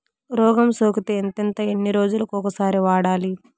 రోగం సోకితే ఎంతెంత ఎన్ని రోజులు కొక సారి వాడాలి?